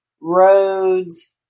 roads